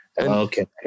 okay